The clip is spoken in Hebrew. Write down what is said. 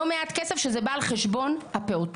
לא מעט כסף שזה בא על חשבון הפעוטות.